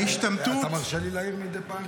אתה מרשה לי להעיר מדי פעם?